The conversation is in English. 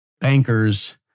bankers